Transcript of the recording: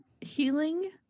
healing